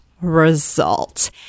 result